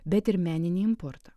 bet ir meninį importą